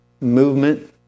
movement